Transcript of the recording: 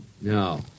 No